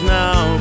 now